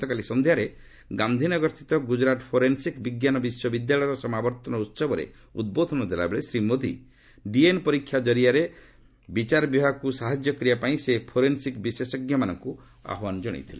ଗତକାଲି ସନ୍ଧ୍ୟାରେ ଗାନ୍ଧିନଗର ସ୍ଥିତି ଗୁଜୁରାଟ ଫୋରେନ୍ସିକ୍ ବିଜ୍ଞାନ ବିଶ୍ୱବିଦ୍ୟାଳୟର ସମାବର୍ତ୍ତନ ଉହବରେ ଉଦ୍ବୋଧନ ଦେଲାବେଳେ ଶ୍ରୀ ମୋଦି ଡିଏନ୍ ପରୀକ୍ଷା କରିଆରେ ବିଚାରବିଭାଗକୁ ସାହାଯ୍ୟ କରିବା ପାଇଁ ସେ ଫୋରେନ୍ସିକ୍ ବିଶେଷଜ୍ଞମାନଙ୍କୁ ଆହ୍ୱାନ ଜଣାଇଛନ୍ତି